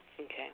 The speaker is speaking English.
Okay